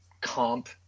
comp